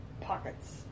pockets